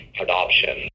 adoption